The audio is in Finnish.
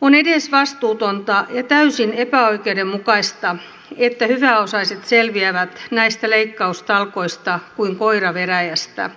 on edesvastuutonta ja täysin epäoikeudenmukaista että hyväosaiset selviävät näistä leikkaustalkoista kuin koira veräjästä